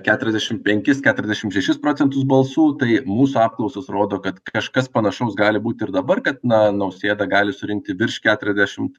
keturiasdešim penkis keturiasdešim šešis procentus balsų tai mūsų apklausos rodo kad kažkas panašaus gali būti ir dabar kad na nausėda gali surinkti virš keturiasdešimt